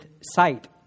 sight